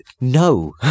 No